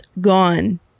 gone